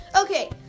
Okay